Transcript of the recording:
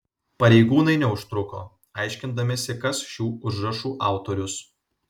pareigūnai neužtruko aiškindamiesi kas šių užrašų autorius